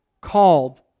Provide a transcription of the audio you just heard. called